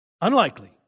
Unlikely